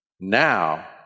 Now